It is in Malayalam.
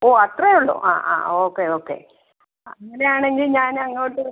ഓ അത്രയേ ഉള്ളൂ ആ ആ ഓക്കെ ഓക്കെ അങ്ങനെയാണെങ്കിൽ ഞാനങ്ങോട്ട്